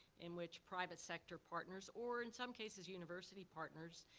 in which private sector partners, or in some cases, university partners,